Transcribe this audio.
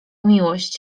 miłość